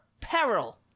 peril